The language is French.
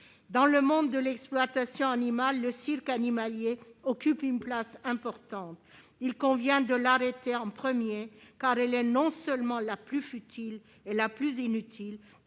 Dans le monde de l'exploitation animale, le cirque animalier occupe une place importante. Il convient de l'arrêter en premier, car [cette exploitation] est non seulement la plus futile et la plus inutile,